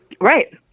Right